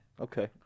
Okay